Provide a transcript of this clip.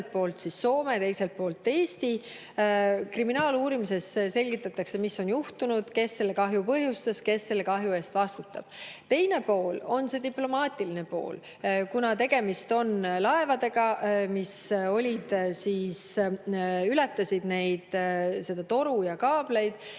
poolt Soome ja teiselt poolt Eesti. Kriminaaluurimises selgitatakse, mis on juhtunud, kes selle kahju põhjustas, kes selle kahju eest vastutab. Teine pool on diplomaatiline pool. Kuna tegemist on laevadega, mis ületasid seda toru ja kaableid,